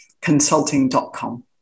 consulting.com